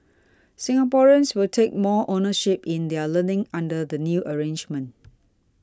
Singaporeans will take more ownership in their learning under the new arrangement